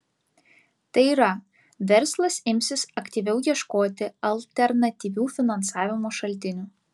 tai yra verslas imsis aktyviau ieškoti alternatyvių finansavimo šaltinių